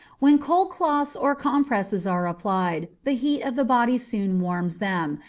when cold cloths or compresses are applied, the heat of the body soon warms them,